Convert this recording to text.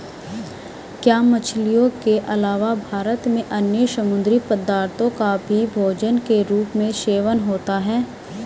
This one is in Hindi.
क्या मछलियों के अलावा भारत में अन्य समुद्री पदार्थों का भी भोजन के रूप में सेवन होता है?